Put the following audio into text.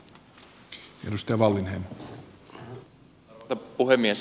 arvoisa puhemies